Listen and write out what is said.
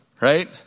right